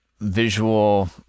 visual